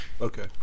Okay